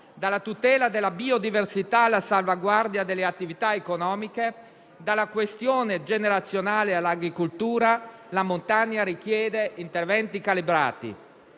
dalla tutela della biodiversità alla salvaguardia delle attività economiche, dalla questione generazionale all'agricoltura, la montagna richiede interventi calibrati.